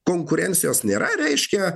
konkurencijos nėra reiškia